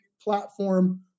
platform